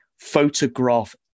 Photograph